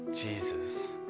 Jesus